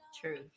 True